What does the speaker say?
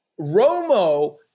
Romo